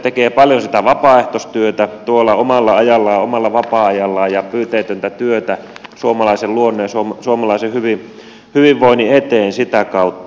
metsästäjät tekevät paljon vapaaehtoistyötä omalla ajallaan omalla vapaa ajallaan ja pyyteetöntä työtä suomalaisen luonnon ja suomalaisen hyvinvoinnin eteen sitä kautta